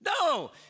No